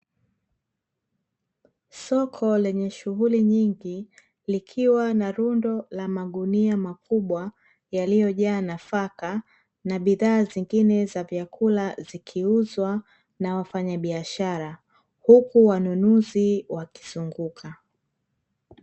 Soko lenye shughuli nyingi, likiwa na rundo la magunia makubwa, yaliyojaa nafaka, na bidhaa zingine za vyakula zikiuzwa na wafanya biashara, huku wanunuzi wakizunguka.